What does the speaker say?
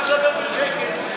אתה מדבר בשקט,